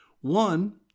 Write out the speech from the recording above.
One